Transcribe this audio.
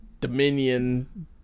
Dominion